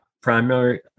primary